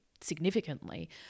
significantly